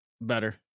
better